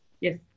yes